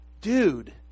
dude